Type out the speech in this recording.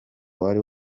wari